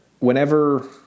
whenever